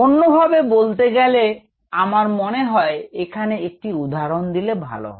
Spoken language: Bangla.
অন্যভাবে বলতে গেলে আমার মনে হয় এখানে একটি উদাহরণ দিলে ভালো হয়